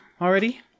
already